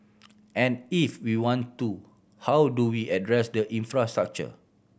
and if we want to how do we address the infrastructure